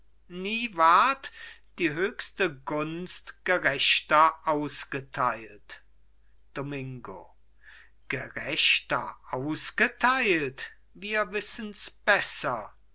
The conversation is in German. nie ward die höchste gunst gerechter ausgeteilt domingo gerechter ausgeteilt wir wissens besser